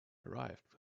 arrived